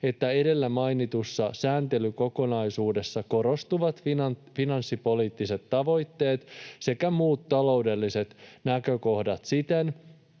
että edellä mainitussa sääntelykokonaisuudessa korostuvat finanssipoliittiset tavoitteet sekä muut taloudelliset näkökohdat siten,